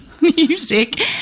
music